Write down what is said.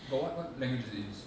but what what language does it use